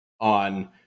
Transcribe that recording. on